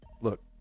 Look